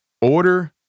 Order